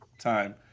time